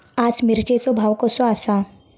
आज मिरचेचो भाव कसो आसा?